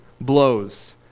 blows